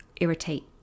irritate